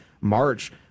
March